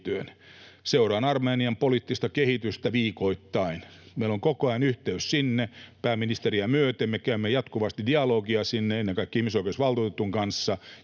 Seuraan Armenian poliittista kehitystä viikoittain. Meillä on koko ajan yhteys sinne, pääministeriä myöten. Me käymme jatkuvasti dialogia sinne, ennen kaikkea ihmisoikeusvaltuutetun kanssa,